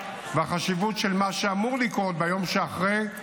והחשיבות של מה שאמור לקרות ביום שאחרי.